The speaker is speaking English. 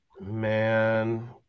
man